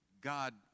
God